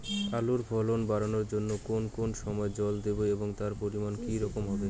আলুর ফলন বাড়ানোর জন্য কোন কোন সময় জল দেব এবং তার পরিমান কি রকম হবে?